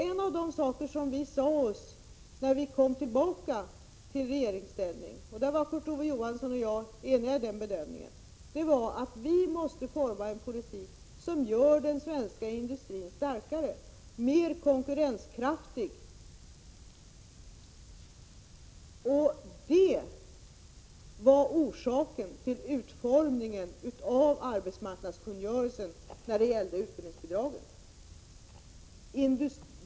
En av de saker som vi sade oss när vi kom tillbaka i regeringsställning — Kurt Ove Johansson och jag var eniga i den bedömningen — var att vi måste forma en politik som gör den svenska industrin starkare, mer konkurrenskraftig. Det var orsaken till utformningen av arbetsmarknadskungörelsen när det gällde utbildningsbidragen.